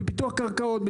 בפיתוח קרקעות,